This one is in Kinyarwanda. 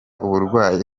uburwayi